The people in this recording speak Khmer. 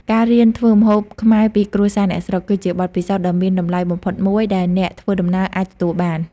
ការរៀនធ្វើម្ហូបខ្មែរពីគ្រួសារអ្នកស្រុក គឺជាបទពិសោធន៍ដ៏មានតម្លៃបំផុតមួយដែលអ្នកធ្វើដំណើរអាចទទួលបាន។